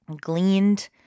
gleaned